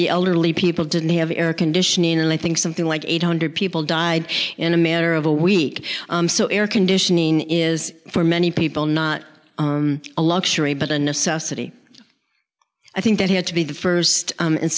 the elderly people didn't have air conditioning and i think something like eight hundred people died in a matter of a week so air conditioning is for many people not a luxury but a necessity i think that had to be the first